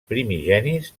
primigenis